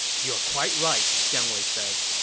you're quite right, jiang wei said.